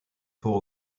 fort